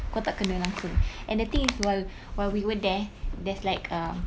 kau tak kena langsung and the thing is while while we were there there's like um